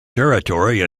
territory